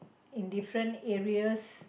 in different areas